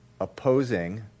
Opposing